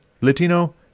Latino